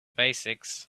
basics